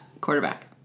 quarterback